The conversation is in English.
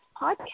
podcast